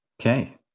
okay